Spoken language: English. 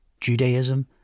Judaism